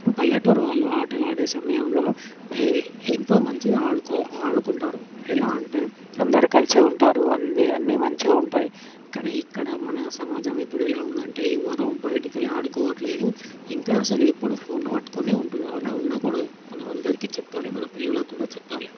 పల్లెటూరు వాళ్లు ఆటలు ఆడే సమయంలో ఎంతో మంచిగా ఆడు ఆడుకుంటారు ఎలా అంటే అందరూ కలిసే ఉంటారు అన్ని అన్ని మంచిగా ఉంటాయి కానీ ఇక్కడ ఇప్పుడు మన సమాజం ఎలా ఉంది అంటే ఎవరు బయటికి వెళ్లి ఆడుకోవట్లేదు ఇంకా అసలు ఎప్పుడు ఫోన్లు పట్టుకొని ఉంటున్నారు అలా ఉండకూడదు మనం అందరికీ చెప్పాలి మన పిల్లలు కూడా చెప్పాలి